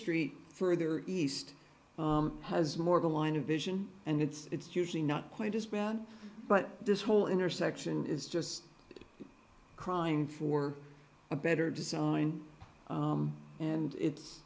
street further east has more of a line of vision and it's usually not quite as bad but this whole intersection is just crying for a better design and it's